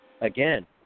again